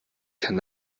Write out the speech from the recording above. kein